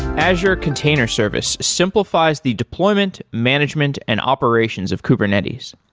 azure container service simplifies the deployment, management and operations of kubernetes.